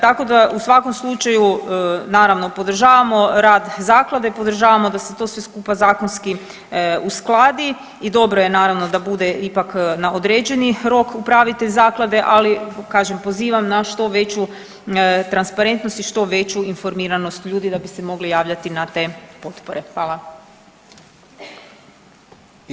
Tako da u svakom slučaju naravno podržavamo rad zaklade, podržavamo da se to sve skupa zakonski uskladi i dobro je naravno da bude ipak na određeni rok upravitelj zaklade, ali kažem pozivam na što veću transparentnost i što veću informiranost ljudi da bi se mogli javljati na te potpore, hvala.